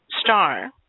Star